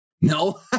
no